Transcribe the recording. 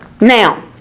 Now